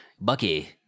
Bucky